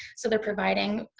so they're providing